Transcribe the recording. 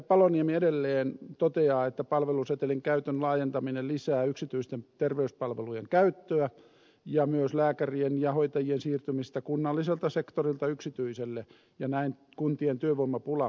paloniemi edelleen toteaa että palvelusetelin käytön laajentaminen lisää yksityisten terveyspalvelujen käyttöä ja myös lääkärien ja hoitajien siirtymistä kunnalliselta sektorilta yksityiselle ja näin kuntien työvoimapula pahenee